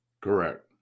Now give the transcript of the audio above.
Correct